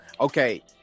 okay